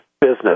business